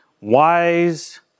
wise